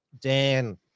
Dan